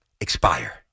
expire